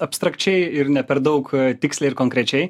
abstrakčiai ir ne per daug tiksliai ir konkrečiai